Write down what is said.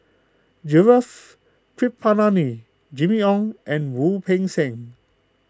Gaurav Kripalani Jimmy Ong and Wu Peng Seng